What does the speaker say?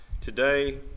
Today